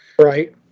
Right